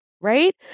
right